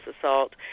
assault